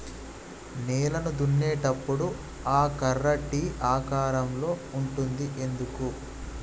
నేలను దున్నేటప్పుడు ఆ కర్ర టీ ఆకారం లో ఉంటది ఎందుకు?